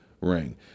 ring